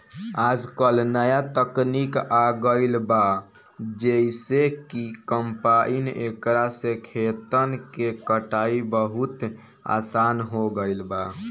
आजकल न्या तकनीक आ गईल बा जेइसे कि कंपाइन एकरा से खेतन के कटाई बहुत आसान हो गईल बा